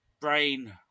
brain